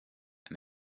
and